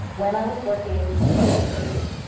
when i was working with the lakers,